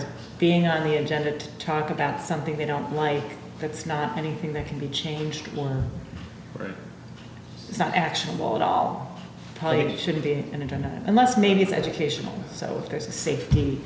as being on the agenda to talk about something they don't like it's not anything that can be changed or it's not actionable at all probably shouldn't be an internet unless maybe it's educational so if there's a safety